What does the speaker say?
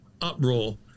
uproar